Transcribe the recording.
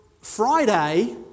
Friday